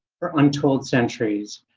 for untold centuries.